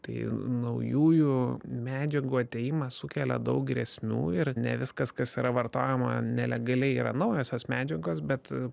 tai naujųjų medžiagų atėjimas sukelia daug grėsmių ir ne viskas kas yra vartojama nelegaliai yra naujosios medžiagos bet